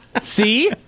See